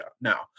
now